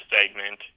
segment